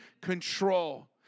control